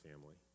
family